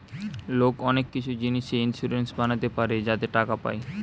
লোক অনেক কিছু জিনিসে ইন্সুরেন্স বানাতে পারে যাতে টাকা পায়